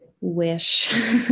wish